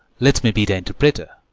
let me be th' interpreter.